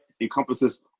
encompasses